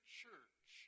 church